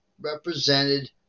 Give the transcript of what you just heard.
represented